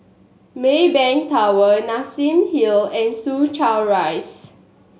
Maybank Tower Nassim Hill and Soo Chow Rise